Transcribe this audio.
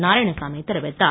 நாராயணசாமி தெரிவித்தார்